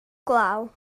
glaw